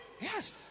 Yes